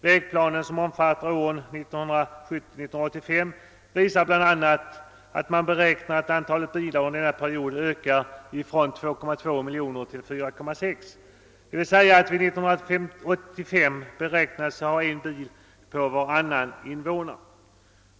Vägplanen som avser åren 1970—1985 visar bl.a. att man beräknar att antalet bilar under denna period skall öka från 2,2 miljoner till 4,6 miljoner, d.v.s. att vi 1985 beräknas ha en bil för varannan invånare.